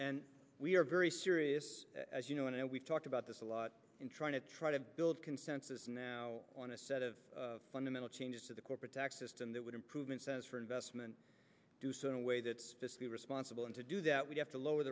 and we are very serious as you know and we've talked about this a lot in trying to try to build consensus now on a set of fundamental changes to the corporate tax system that would improvements as for investment do so in a way that's responsible and to do that we have to lower